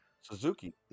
Suzuki